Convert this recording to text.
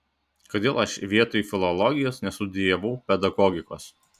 kodėl aš vietoj filologijos nestudijavau pedagogikos